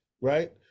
right